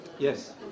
Yes